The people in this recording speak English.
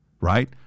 right